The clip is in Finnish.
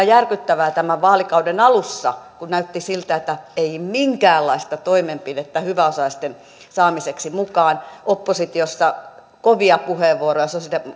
järkyttävää tämän vaalikauden alussa kun näytti siltä että ei olisi minkäänlaista toimenpidettä hyväosaisten saamiseksi mukaan oppositiossa kovia puheenvuoroja